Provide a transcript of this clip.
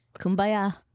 Kumbaya